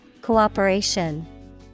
Cooperation